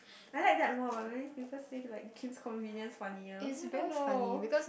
I like that more but many people say like Kim's-Convenience funnier I don't know